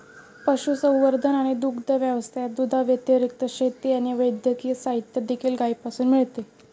पशुसंवर्धन आणि दुग्ध व्यवसायात, दुधाव्यतिरिक्त, शेती आणि वैद्यकीय साहित्य देखील गायीपासून मिळते